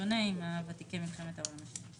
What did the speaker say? ותיקי מלחמת העולם השנייה.